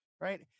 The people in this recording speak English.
Right